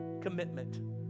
commitment